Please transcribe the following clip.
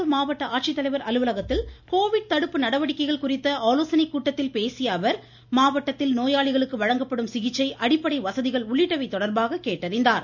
வேலூர் மாவட்ட ஆட்சித்தலைவர் அலுவலகத்தில் கோவிட் தடுப்பு நடவடிக்கைகள் குறித்த ஆலோசனைக் கூட்டத்தில் பேசிய அவர் மாவட்டத்தில் நோயாளிகளுக்கு வழங்கப்படும் சிகிச்சை அடிப்படை வசதிகள் உள்ளிட்டவை தொடர்பாக கேட்டறிந்தார்